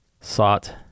sought